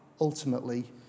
ultimately